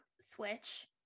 switch